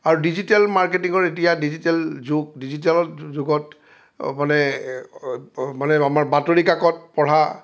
আৰু ডিজিটেল মাৰ্কেটিঙৰ এতিয়া ডিজিটেল যুগ ডিজিটেল যুগত মানে মানে আমাৰ বাতৰি কাতত পঢ়া